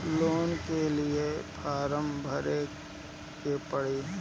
Loan के लिए form भरे के पड़ी?